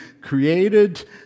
created